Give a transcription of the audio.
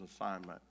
assignment